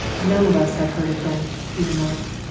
none of us have heard of them, he remarked.